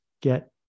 get